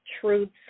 truths